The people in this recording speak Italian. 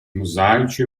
mosaici